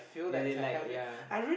ya they like ya